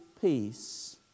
peace